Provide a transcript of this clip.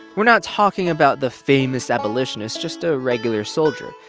we're not talking about the famous abolitionist, just a regular soldier.